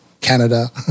Canada